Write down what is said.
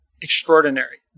extraordinary